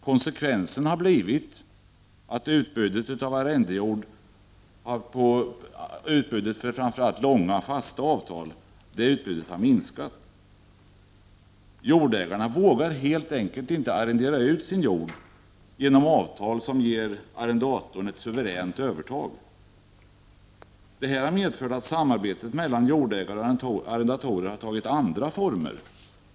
Konsekvensen har blivit att utbudet av arrendejord för framför allt långa, fasta avtal har minskat. Jordägarna vågar helt enkelt inte arrendera ut sin jord genom avtal som ger arrendatorn ett suveränt övertag. Detta har medfört att samarbetet mellan jordägare och arrendatorer tagit andra former.